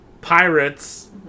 pirates